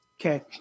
Okay